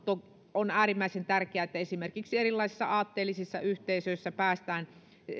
on äärimmäisen tärkeää että esimerkiksi erilaisissa aatteellisissa yhteisöissä päästään